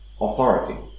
authority